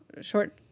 short